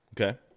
Okay